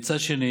ומצד שני